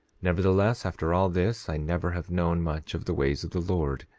nevertheless, after all this, i never have known much of the ways of the lord,